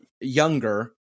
younger